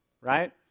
right